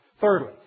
Thirdly